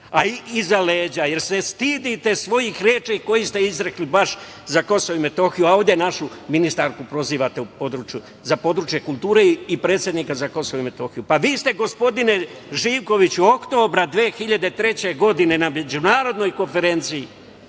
iza leđa, jer se stidite svojih reči koje ste izrekli baš za KiM, a ovde našu ministarku prozivate za područje kulture i predsednika za KiM. Pa, vi ste, gospodine Živkoviću, oktobra 2003. godine na međunarodnoj konferenciji